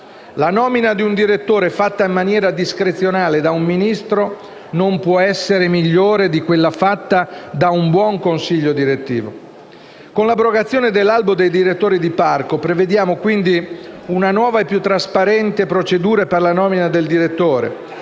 La nomina di un direttore, fatta in maniera discrezionale da un Ministro, non può essere migliore di quella fatta da un buon consiglio direttivo. Con l’abrogazione dell’albo dei direttori di parco prevediamo, quindi, una nuova e più trasparente procedura per la nomina del direttore